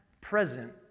Present